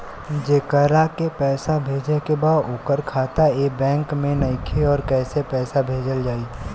जेकरा के पैसा भेजे के बा ओकर खाता ए बैंक मे नईखे और कैसे पैसा भेजल जायी?